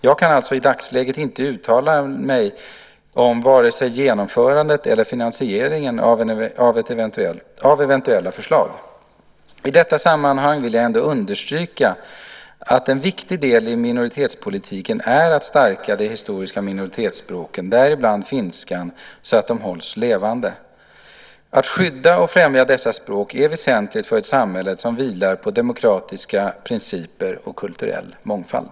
Jag kan alltså i dagsläget inte uttala mig om vare sig genomförandet eller finansieringen av eventuella förslag. I detta sammanhang vill jag ändå understryka att en viktig del i minoritetspolitiken är att stärka de historiska minoritetsspråken, däribland finskan, så att de hålls levande. Att skydda och främja dessa språk är väsentligt för ett samhälle som vilar på demokratiska principer och kulturell mångfald.